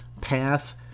path